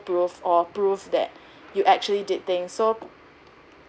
proof or prove that you actually did thing so